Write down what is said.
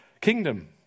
kingdom